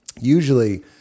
Usually